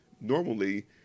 normally